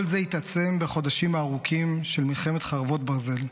כל זה התעצם בחודשים הארוכים של מלחמת חרבות ברזל.